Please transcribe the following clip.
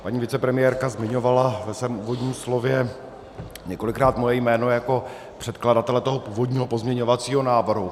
Paní vicepremiérka zmiňovala ve svém úvodním slově několikrát moje jméno jako předkladatele toho původního pozměňovacího návrhu.